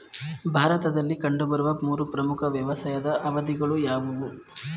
ಭಾರತದಲ್ಲಿ ಕಂಡುಬರುವ ಮೂರು ಪ್ರಮುಖ ವ್ಯವಸಾಯದ ಅವಧಿಗಳು ಯಾವುವು?